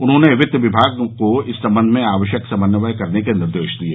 उन्होंने वित्त विभाग को इस संबंध में आवश्यक समन्वय करने के निर्देश दिये